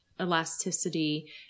elasticity